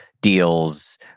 deals